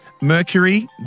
Mercury